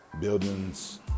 buildings